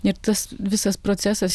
ir tas visas procesas